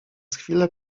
chwilę